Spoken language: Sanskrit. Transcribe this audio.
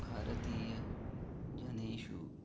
भारतीय जनेषु